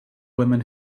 women